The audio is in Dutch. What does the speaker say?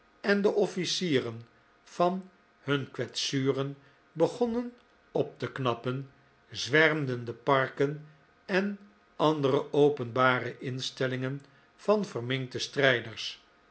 en de offlcieren van hun kwetsuren begonnen op te knappen zwermden de parken en andere openbare instellingen van verminkte strijders